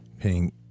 paying